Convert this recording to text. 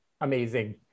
amazing